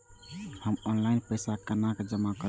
हम ऑनलाइन पैसा केना जमा करब?